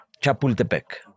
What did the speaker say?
Chapultepec